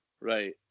Right